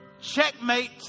Checkmate